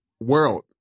world